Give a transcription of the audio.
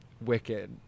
Wicked